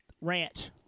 Ranch